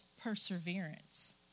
perseverance